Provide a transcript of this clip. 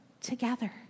together